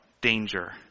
danger